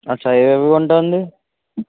అచ్చ ఏవేవి కొంటుంది